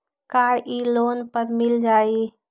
का इ लोन पर मिल जाइ?